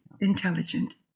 intelligent